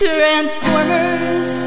Transformers